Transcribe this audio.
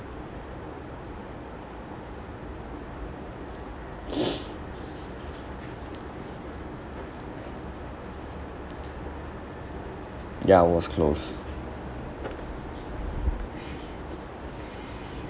ya it was closed